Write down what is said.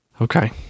Okay